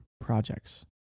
projects